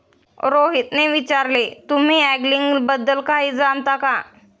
रोहितने विचारले, तुम्ही अँगलिंग बद्दल काही जाणता का?